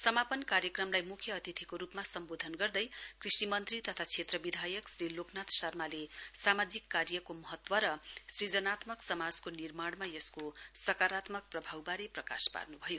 समापन कार्यक्रमलाई मुख्य अतिथिको रूपमा सम्बोधन गर्दै कृषि मन्त्री तथा क्षेत्र विधायक श्री लोकनाथ शर्माले सामाजिक कार्यको महत्व र सुजनात्मक समाजको निर्माणमा यसको सकारात्मक प्रभावबारे प्रकाश पार्न्भयो